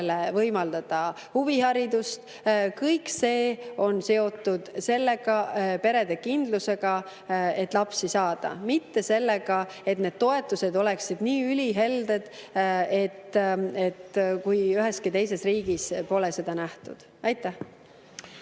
võimaldada huviharidust. Kõik see on seotud sellega, perede kindlusega, et lapsi saada, mitte sellega, et need toetused oleksid nii ülihelded, nagu üheski teises riigis pole seda nähtud. Jaa,